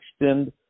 extend